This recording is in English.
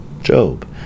Job